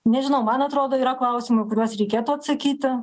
nežinau man atrodo yra klausimų kuriuos reikėtų atsakyti